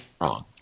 wrong